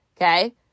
Okay